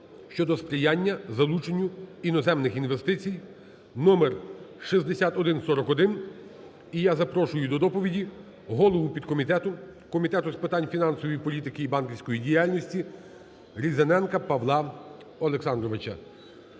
щодо сприяння залученню іноземних інвестицій (№ 6141). І я запрошую до доповіді голову підкомітету Комітету з питань фінансової політики і банківської діяльності Різаненка Павла Олександровича.